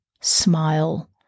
smile